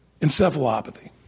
Encephalopathy